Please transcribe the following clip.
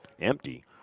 empty